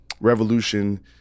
revolution